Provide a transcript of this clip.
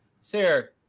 Sir